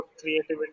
creativity